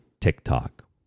TikTok